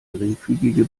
geringfügige